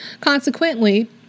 Consequently